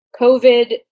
COVID